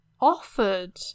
offered